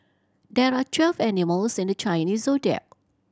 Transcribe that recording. there are twelve animals in the Chinese Zodiac